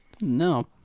No